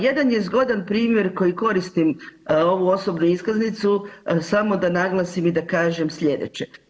Jedan je zgodan primjer koji koristim ovu osobnu iskaznicu samo da naglasim i da kažem slijedeće.